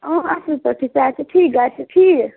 اۭں اَصٕل پٲٹھی صحت چھا ٹھیٖک گرِ چھا ٹھیٖک